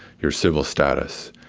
your civil status,